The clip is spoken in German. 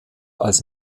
als